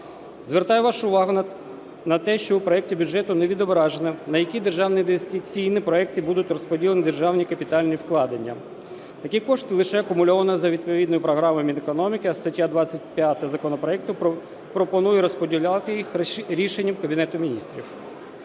Звертаю вашу увагу на те, що у проекті бюджету не відображено, на які державні інвестиційні проекти будуть розподілені державні капітальні вкладення. Такі кошти лише акумульовано за відповідною програмою Мінекономіки, а стаття 25 законопроекту пропонує розподіляти їх рішенням Кабінету Міністрів.